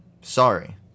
Sorry